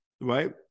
right